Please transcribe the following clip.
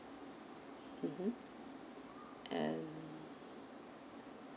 mmhmm and